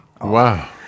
wow